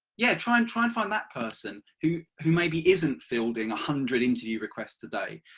yeah try and try and find that person who who maybe isn't fielding a hundred interview requests a day.